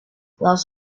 lots